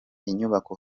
inyubako